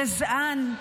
הגזען,